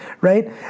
right